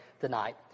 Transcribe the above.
tonight